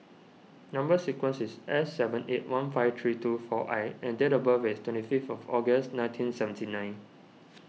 Number Sequence is S seven eight one five three two four I and date of birth is twenty fifth of August nineteen seventy nine